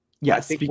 Yes